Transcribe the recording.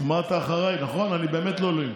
אמרת אחריי: נכון, אני באמת לא אלוהים.